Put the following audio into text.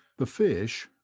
the fish,